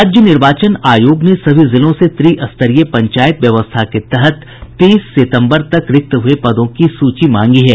राज्य निर्वाचन आयोग ने सभी जिलों से त्रिस्तरीय पंचायत व्यवस्था के तहत तीस सितम्बर तक रिक्त हुये पदों की सूची मांगी है